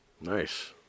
Nice